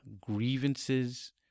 grievances